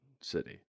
city